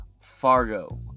Fargo